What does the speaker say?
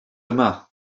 yma